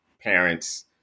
parents